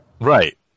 Right